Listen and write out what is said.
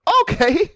okay